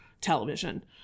television